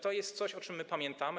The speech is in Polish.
To jest coś, o czym my pamiętamy.